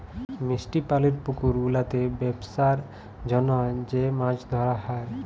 মিষ্টি পালির পুকুর গুলাতে বেপসার জনহ যে মাছ ধরা হ্যয়